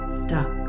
stuck